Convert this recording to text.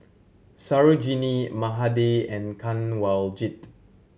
Sarojini Mahade and Kanwaljit